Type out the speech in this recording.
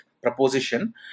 Proposition